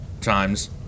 times